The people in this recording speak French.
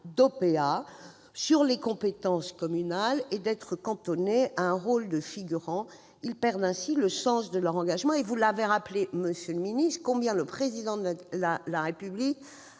d'OPA sur les compétences communales et d'être cantonnés à un rôle de figurant. Ils perdent ainsi le sens de leur engagement. Monsieur le ministre, vous avez rappelé combien le Président de la République